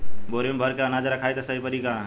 बोरी में भर के अनाज रखायी त सही परी की ना?